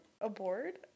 Aboard